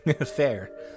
Fair